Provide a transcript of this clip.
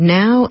now